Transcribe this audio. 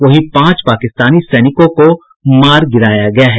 वहीं पांच पाकिस्तानी सैनिकों को मार गिराया गया है